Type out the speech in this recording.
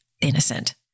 innocent